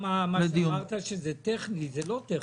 גם מה שאמרת שזה טכני, זה לא טכני.